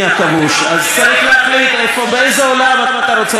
אז צריך להחליט איפה, באיזה עולם אתה רוצה לחיות.